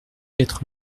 quatre